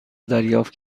دریافت